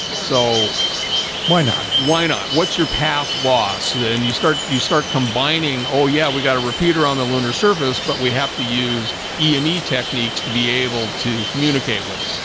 so why not why not what's your path loss, then you start you start combining oh, yeah, we got a repeater on the lunar surface, but we have to use eme eme techniques to be able to communicate with